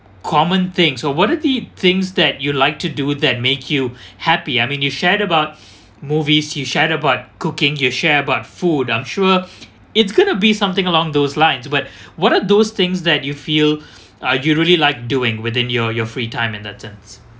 common things or what are the things that you would like to do that make you happy I mean you shared about movies you shared about cooking you share about food I'm sure it's going to be something along those lines but what are those things that you feel uh you really like doing within your your free time in that sense